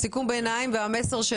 סיכום ביניים והמסר של